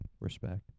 Respect